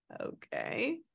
Okay